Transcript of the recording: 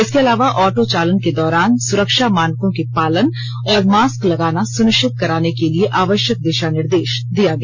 इसके अलावा ऑटो चालन के दौरान सुरक्षा मानकों के पालन और मास्क लगाना सुनिष्चित कराने के लिए आवष्यक दिषा निर्देष दिया गया